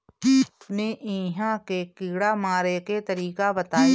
अपने एहिहा के कीड़ा मारे के तरीका बताई?